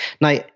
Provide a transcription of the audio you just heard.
Now